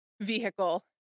vehicle